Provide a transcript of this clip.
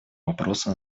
вопросу